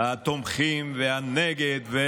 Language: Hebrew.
התומכים והמתנגדים.